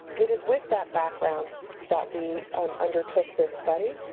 it is with that background that we um undertook this study.